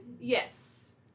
Yes